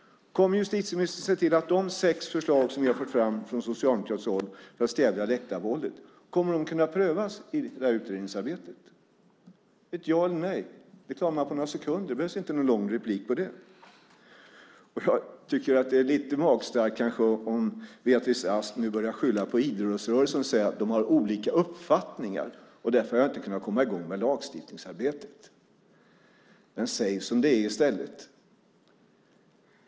Kommer justitieministern att se till att de sex förslag som vi har fört fram från socialdemokratiskt håll om att stävja läktarvåldet kommer att kunna prövas i detta utredningsarbete? Kan jag få ett ja eller ett nej? Det klarar man på några sekunder. Det behövs inte något långt anförande för det. Jag tycker att det är lite magstarkt om Beatrice Ask nu börjar skylla på idrottsrörelsen genom att säga att man där har olika uppfattningar och att hon därför inte har kunnat komma i gång med lagstiftningsarbetet. Men säg som det är i stället.